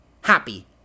happy